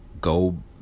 go